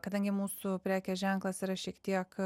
kadangi mūsų prekės ženklas yra šiek tiek